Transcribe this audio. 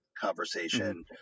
conversation